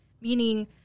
meaning